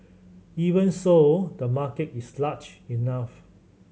even so the market is large enough